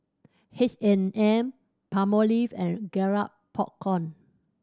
H and M Palmolive and Garrett Popcorn